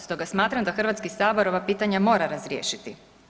Stoga smatram da Hrvatski sabor ova pitanja mora razriješiti.